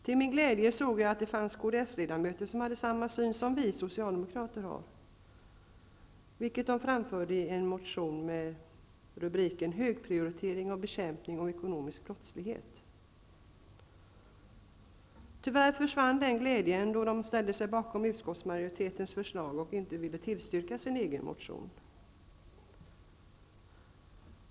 Till min glädje såg jag att det fanns kds-ledamöter som hade samma syn som vi socialdemokrater, vilket de framförde i en motion med rubriken Högprioritering och bekämpning av ekonomisk brottslighet. Tyvärr försvann den glädjen då de ställde sig bakom utskottsmajoritetens förslag och inte ville tillstyrka sin egen motion.